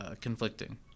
conflicting